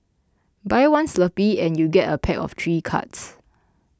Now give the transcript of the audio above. buy one Slurpee and you get a pack of three cards